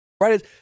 right